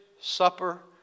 supper